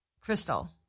Crystal